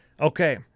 Okay